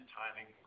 timing